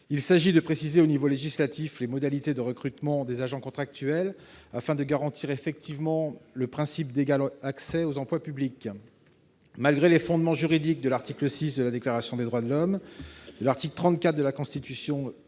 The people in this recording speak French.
Il s'agit de préciser au niveau législatif les modalités de recrutement des agents contractuels afin de garantir effectivement le principe d'égal accès aux emplois publics. Malgré les fondements juridiques de l'article 6 de la Déclaration des droits de l'homme et du citoyen, de l'article 34 de la Constitution